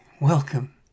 welcome